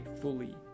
fully